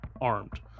armed